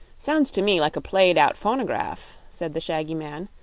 sounds to me like a played-out phonograph, said the shaggy man,